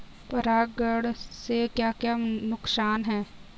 परागण से क्या क्या नुकसान हैं?